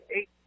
eight